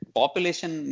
population